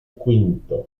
quinto